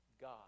God